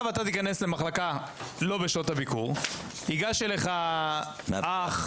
אתה תיכנס למחלקה לא בשעות הביקור, ייגש אליך אח,